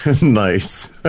Nice